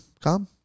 come